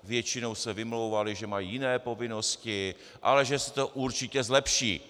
Většinou se vymlouvali, že mají jiné povinnosti, ale že se to určitě zlepší.